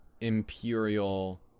imperial